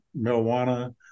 marijuana